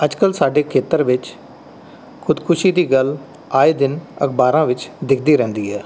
ਅੱਜ ਕੱਲ੍ਹ ਸਾਡੇ ਖੇਤਰ ਵਿੱਚ ਖੁਦਕੁਸ਼ੀ ਦੀ ਗੱਲ ਆਏ ਦਿਨ ਅਖ਼ਬਾਰਾਂ ਵਿੱਚ ਦਿਖਦੀ ਰਹਿੰਦੀ ਹੈ